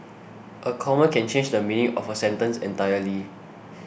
a comma can change the meaning of a sentence entirely